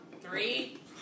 three